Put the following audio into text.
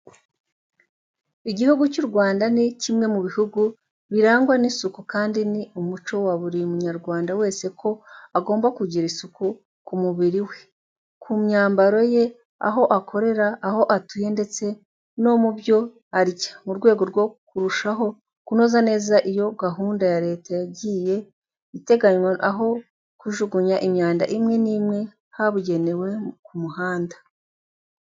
Igihugu cy'u Rwanda ni kimwe mu bihugu birangwa n'isuku kandi ni umuco wa buri munyarwanda wese ko agomba kugira isuku ku mubiri we, ku myambaro ye, aho akorera, aho atuye ndetse no mu byo arya. Mu rwego rwo kurushaho kunoza neza iyo gahunda Leta yagiye iteganya aho kujugunya imyanda imwe n'imwe habugenewe ku mihanda.